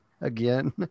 again